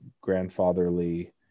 grandfatherly